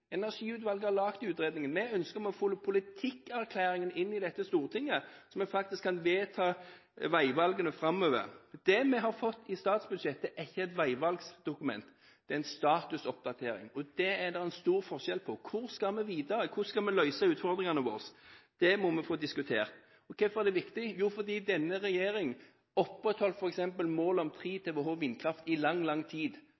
Energiutvalget har laget utredningen. Vi ønsker å få politikkerklæringen inn i dette Stortinget, så vi faktisk kan vedta veivalgene framover. Det vi har fått i statsbudsjettet, er ikke et veivalgdokument, det er en statusoppdatering, og det er det en stor forskjell på. Hvor skal vi videre? Hvordan skal vi løse utfordringene våre? Det må vi få diskutert. Hvorfor er det viktig? Jo, fordi denne regjering opprettholdt f.eks. målet om 3 TWh vindkraft i lang, lang tid.